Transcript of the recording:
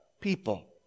people